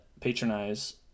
patronize